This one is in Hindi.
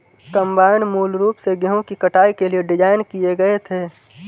कंबाइन मूल रूप से गेहूं की कटाई के लिए डिज़ाइन किए गए थे